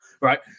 Right